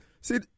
see